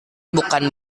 bukan